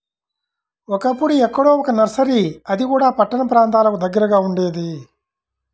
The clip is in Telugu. ఒకప్పుడు ఎక్కడో ఒక్క నర్సరీ అది కూడా పట్టణ ప్రాంతాలకు దగ్గరగా ఉండేది